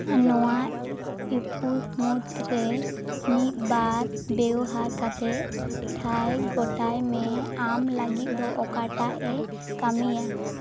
ᱱᱚᱣᱟ ᱮᱯᱩᱫ ᱢᱩᱫᱽᱨᱮ ᱢᱤᱫ ᱵᱟᱨ ᱵᱮᱣᱦᱟᱨ ᱠᱟᱛᱮᱫ ᱴᱷᱟᱭ ᱜᱚᱴᱟᱭ ᱢᱮ ᱟᱢ ᱞᱟᱹᱜᱤᱫ ᱫᱚ ᱚᱠᱟᱴᱟᱜ ᱮ ᱠᱟᱹᱢᱤᱭᱟ